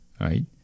right